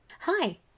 Hi